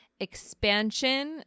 expansion